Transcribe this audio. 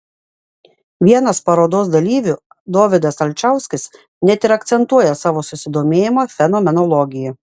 vienas parodos dalyvių dovydas alčauskis net ir akcentuoja savo susidomėjimą fenomenologija